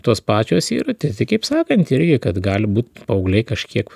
tos pačios yra tai kaip sakant irgi kad gali būt paaugliai kažkiek